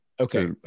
Okay